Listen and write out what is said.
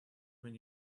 when